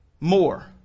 more